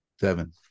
seven